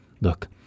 look